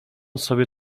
sobie